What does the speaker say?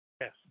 Yes